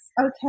Okay